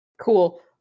Cool